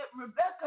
Rebecca